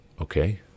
Okay